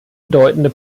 bedeutende